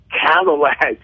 Cadillac